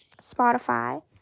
Spotify